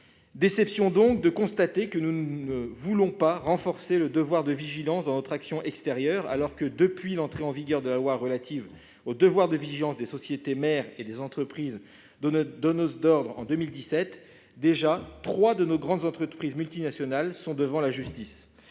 sommes déçus de constater que nous ne voulons pas renforcer le devoir de vigilance dans notre action extérieure, alors que, depuis l'entrée en vigueur de la loi relative au devoir de vigilance des sociétés mères et des entreprises donneuses d'ordre, en 2017, déjà trois de nos grandes entreprises multinationales sont devant la justice.